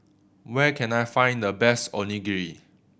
where can I find the best Onigiri